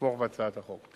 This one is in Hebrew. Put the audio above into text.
לתמוך בהצעת החוק.